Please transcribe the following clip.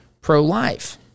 pro-life